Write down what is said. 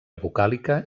vocàlica